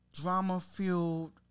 drama-filled